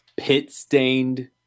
Pit-stained